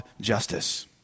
justice